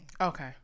Okay